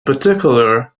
particular